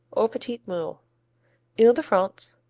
or petit-moule ile-de-france,